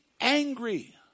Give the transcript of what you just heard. angry